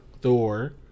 Thor